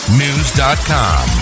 news.com